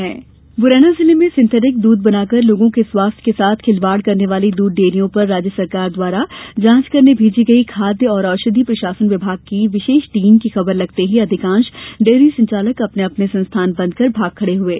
मिलावटी दूध मुरैना जिले में सिथेटिंक दूध बनाकर लोगों के स्वास्थ्य के साथ खिलबाड़ करने वाली दूध डेरियों पर राज्य शासन द्वारा जांच करने भेजी गई खाद्य एवं औषधि प्रशासन विभाग की विशेष टीम की खबर लगते ही अधिकांश डेयरी संचालक अपने अपने संस्थान बंद कर भाग खड़े हुये